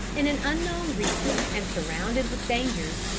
in an unknown region and surrounded with dangers,